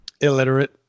Illiterate